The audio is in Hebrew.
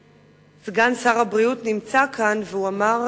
סגן שר הבריאות נמצא כאן, והוא אמר